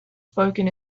spoken